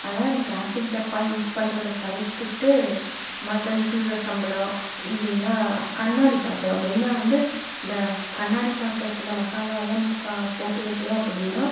அதனால் அந்த பிளாஸ்டிக் டப்பா யூஸ் பண்ணுறத தவிர்த்துவிட்டு மற்ற அந்த சில்வர் சம்படம் இல்லைனா கண்ணாடி பாத்திரம் மெய்னாக வந்து இந்த கண்ணாடி பாத்திரத்தில் மசாலாலாம் போட்டு வைக்கிறோம் அப்படின்னா